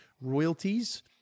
royalties